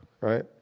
right